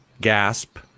gasp